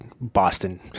Boston